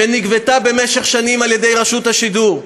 שנגבתה במשך שנים על-ידי רשות השידור,